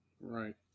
Right